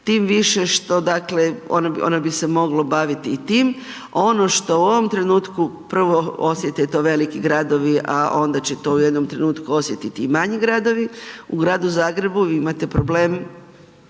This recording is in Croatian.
tim više što, dakle, one bi se mogle baviti i time. Ono što u ovom trenutku prvo osjete i to veliki gradovi, a onda će to u jednom trenutku osjetiti i manji gradovi, u Gradu Zagrebu vi imate problem